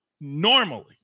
normally